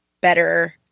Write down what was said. better